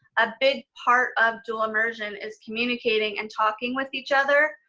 a big part of dual immersion is communicating and talking with each other.